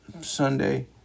Sunday